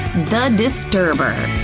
the disturber